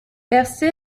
persée